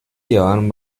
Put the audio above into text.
llevaban